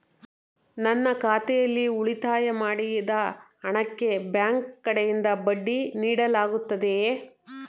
ನನ್ನ ಖಾತೆಯಲ್ಲಿ ಉಳಿತಾಯ ಮಾಡಿದ ಹಣಕ್ಕೆ ಬ್ಯಾಂಕ್ ಕಡೆಯಿಂದ ಬಡ್ಡಿ ನೀಡಲಾಗುತ್ತದೆಯೇ?